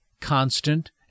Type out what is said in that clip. constant